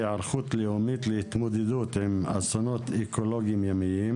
בנושא: "היערכות לאומית להתמודדות עם אסונות אקולוגיים ימיים"